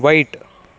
white